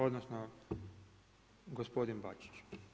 Odnosno gospodin bačić.